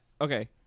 Okay